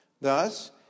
Thus